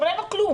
אבל אין לו כלום,